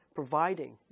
providing